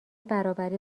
برابری